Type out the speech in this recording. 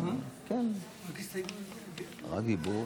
אדוני השר,